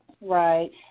right